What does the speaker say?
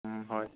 হয়